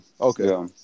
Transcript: Okay